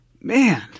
Man